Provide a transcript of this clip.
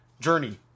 Journey